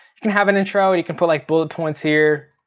you can have an intro, and you can put like bullet points here,